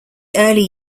early